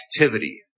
activity